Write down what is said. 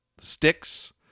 sticks